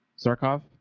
Zarkov